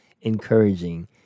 encouraging